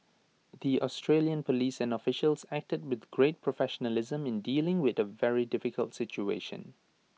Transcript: the Australian Police and officials acted with great professionalism in dealing with A very difficult situation